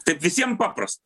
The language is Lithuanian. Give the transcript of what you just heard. taip visiem paprasta